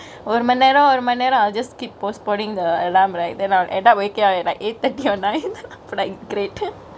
ஒரு மண்ணேரொ ஒரு மண்ணேரொ:oru mannero oru mannero I'll just keep postponingk the alarm like then I end up wakingk at eight thirty or nine great